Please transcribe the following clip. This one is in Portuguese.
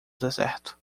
deserto